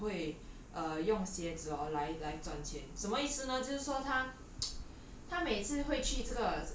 他真的很会 err 用鞋子 orh 来赚钱什么意思呢就是说他